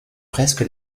presque